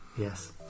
Yes